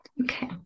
Okay